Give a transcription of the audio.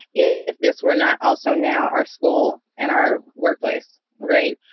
if this were not also now our school and our workplace. right.